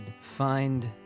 find